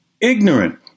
ignorant